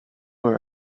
were